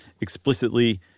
explicitly